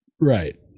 Right